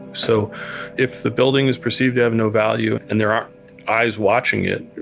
so if the building is perceived to have no value, and there aren't eyes watching it,